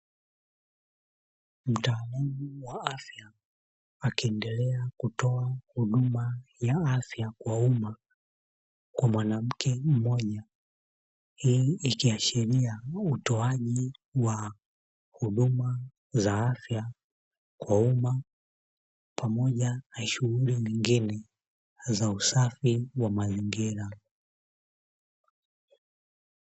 Mtaalamu wa afya akiendelea kutoa huduma ya afya kwa umma kwa mwanamke mmoja. Hii ikiashiria utoaji wa huduma za afya kwa umma, pamoja na shughuli nyingine za usafi wa mazingira.